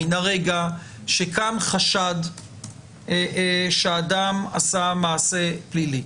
מן הרגע שקם חשד שאדם עשה מעשה פלילי.